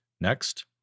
Next